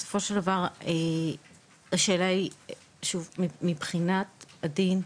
בסופו של דבר, שוב, השאלה היא שמבחינת הדין,